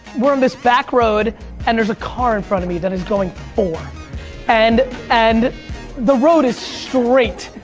we're on this back road and there's a car in front of me that is going four and and the road is straight,